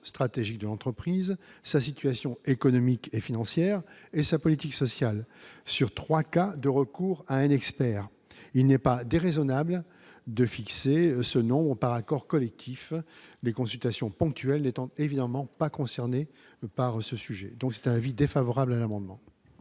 stratégiques de l'entreprise, sa situation économique et financière et sa politique sociale sur 3 cas de recours à un expert, il n'est pas déraisonnable de fixer ce nom par accord collectif des consultations ponctuelles n'étant évidemment pas concernés par ce sujet, donc c'est un avis défavorable à l'amendement.